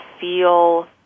feel